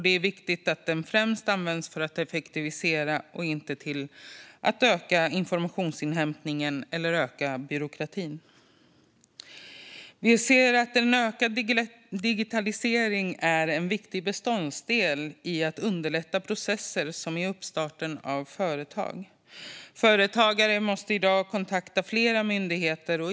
Det är viktigt att den främst används för att effektivisera och inte till att öka informationsinhämtningen eller byråkratin. Vi ser att en ökad digitalisering är en viktig beståndsdel i att underlätta processer, som i uppstarten av företag. Företagare måste i dag kontakta flera myndigheter.